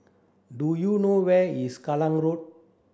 do you know where is Kallang Road